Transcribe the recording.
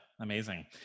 Amazing